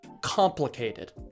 complicated